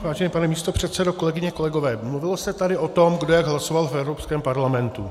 Vážený pane místopředsedo, kolegyně, kolegové, mluvilo se tady o tom, kdo jak hlasoval v Evropském parlamentu.